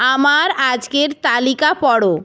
আমার আজকের তালিকা পড়ো